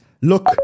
look